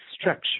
structure